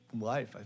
life